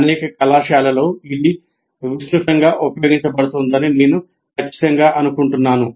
అనేక కళాశాలల్లో ఇది విస్తృతంగా ఉపయోగించబడుతోందని నేను ఖచ్చితంగా అనుకుంటున్నాను